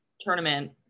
tournament